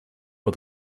but